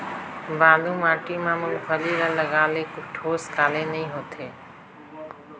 बालू माटी मा मुंगफली ला लगाले ठोस काले नइ होथे?